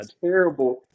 Terrible